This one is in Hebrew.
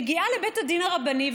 מגיעה לבית הדין הרבני,